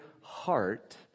heart